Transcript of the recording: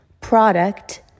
product